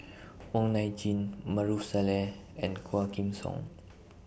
Wong Nai Chin Maarof Salleh and Quah Kim Song